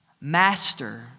master